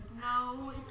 No